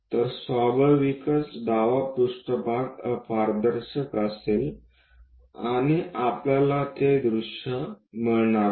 तर स्वाभाविकच डावा पृष्ठभाग अपारदर्शक असेल आणि आपल्याला ते दृश्य मिळणार आहे